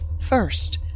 First